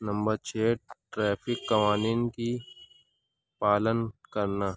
number چھ traffic قوانین کی پالن کرنا